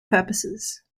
purposes